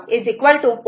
म्हणून T 0